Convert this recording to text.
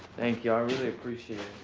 thank you, i really appreciate